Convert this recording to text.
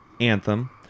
Anthem